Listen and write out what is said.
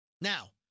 Now